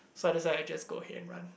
so I decided I just go ahead and run